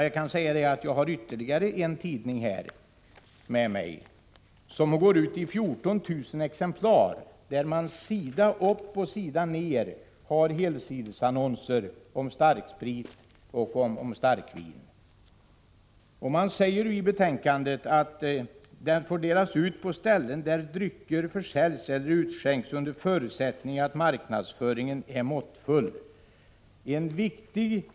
Jag har ytterligare en tidning med mig, som går ut i 14 000 exemplar, där man sida upp och sida ner har helsidesannonser om starksprit och starkvin. Om den tidningen säger lagutskottet i betänkandet att den får delas ut på ställen där drycker försäljs eller utskänks, under förutsättning att marknadsföringen är måttfull.